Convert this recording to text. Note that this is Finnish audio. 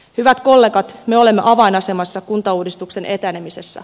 hyvät kollegat me olemme avainasemassa kuntauudistuksen etenemisessä